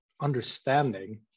understanding